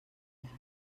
plats